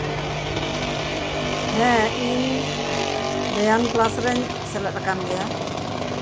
ᱦᱮᱸ ᱤᱧ ᱵᱮᱭᱟᱢ ᱠᱞᱟᱥ ᱨᱮᱧ ᱥᱮᱞᱮᱫ ᱠᱟᱱ ᱜᱮᱭᱟ